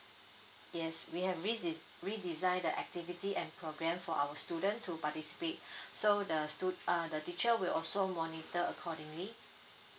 yes we have redes~ redesigned the activity and program for our student to participate so the stu~ uh the teacher will also monitor accordingly